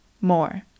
more